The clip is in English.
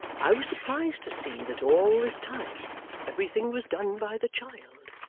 i was surprised to see that all this time everything was done by the child,